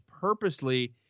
purposely